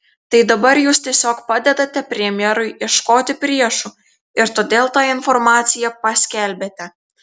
tai dabar jūs tiesiog padedate premjerui ieškoti priešų ir todėl tą informaciją paskelbėte